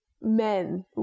men